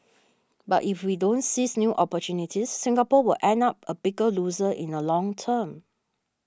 but if we don't seize new opportunities Singapore will end up a bigger loser in the long term